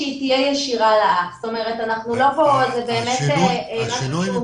שהיא תהיה ישירה לאח.